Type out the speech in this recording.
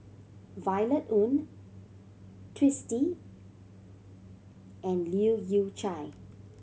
Violet Oon Twisstii and Leu Yew Chye